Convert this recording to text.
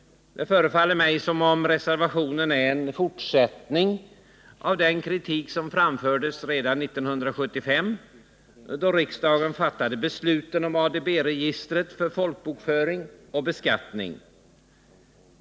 Det förefaller mig som om reservationerna är en fortsättning av den kritik som framfördes redan 1975, då riksdagen fattade besluten om ADB-registret för folkbokföring och beskattning.